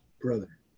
brother